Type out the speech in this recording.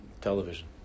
television